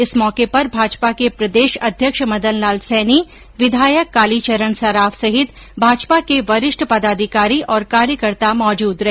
इस मौके पर भाजपा के प्रदेश अध्यक्ष मदनलाल सैनी विधायक कालीचरण सराफ सहित भाजपा के वरिष्ठ पदाधिकारी और कार्यकर्ता मौजूद रहे